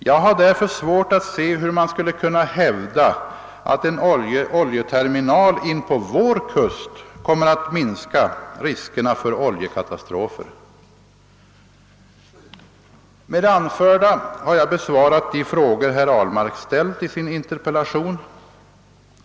Jag har därför svårt att se hur man skulle kunna hävda att en oljeterminal inpå vår kust kommer att minska riskerna för oljekatastrofer. Med det anförda har jag besvarat de frågor herr Ahlmark ställt i sin interpellation.